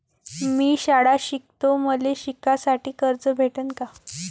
मी शाळा शिकतो, मले शिकासाठी कर्ज भेटन का?